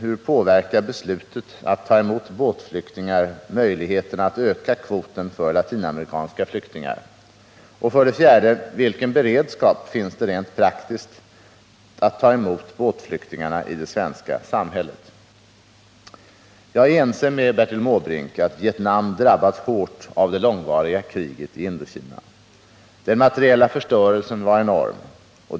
Hur påverkar beslutet att ta emot ”båtflyktingar” möjligheterna att öka kvoten för latinamerikanska flyktingar? 4. Vilken beredskap finns för att rent praktiskt ta emot ”båtflyktingarna” i det svenska samhället? Jag är ense med Bertil Måbrink om att Vietnam drabbats hårt av det långvariga kriget i Indokina. Den materiella förstörelsen var enorm.